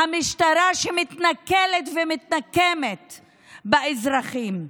המשטרה שמתנכלת ומתנקמת באזרחים.